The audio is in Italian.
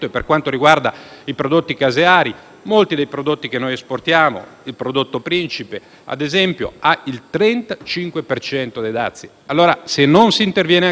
(molti dei prodotti che esportiamo), il prodotto principe, ad esempio, ha il 35 per cento dei dazi. Se non si interviene anche da questo punto di vista, se non ci si muove in sede